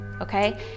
okay